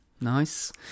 Nice